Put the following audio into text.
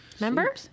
Remember